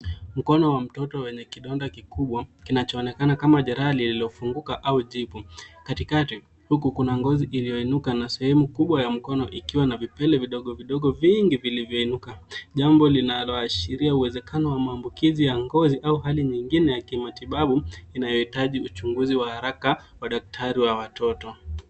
Mkono wa mtoto wenye kidonda kikubwa kinachoonekana kama jerali lililofunguka au jipu katikati, huku kuna ngozi iliyoinuka na sehemu kubwa ya mkono ikiwa na vipele vidogovidogo vingi vilivyoinuka jambo linaloashiria uwezekano wa maabukizi ya ngozi au hali nyingine ya kimatibabu inayo hitaji uchunguzi wa haraka wa daktari wa watoto.